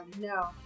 No